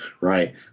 Right